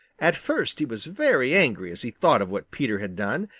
at first he was very angry as he thought of what peter had done,